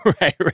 right